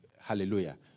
Hallelujah